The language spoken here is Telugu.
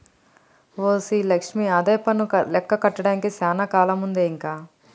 ఓసి లక్ష్మి ఆదాయపన్ను లెక్క కట్టడానికి సానా కాలముందే ఇంక